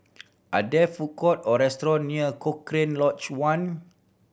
are there food court or restaurants near Cochrane Lodge One